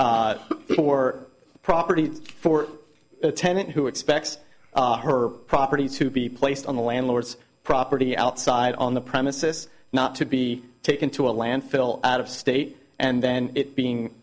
g for property for a tenant who expects her property to be placed on the landlord's property outside on the premises not to be taken to a landfill out of state and then it being